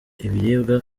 ibiribwa